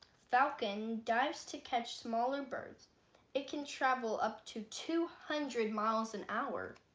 falcon dives to catch smaller birds it can travel up to two hundred miles an hour